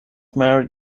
married